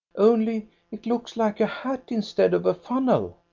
only it looks like a hat instead of a funnel.